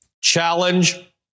Challenge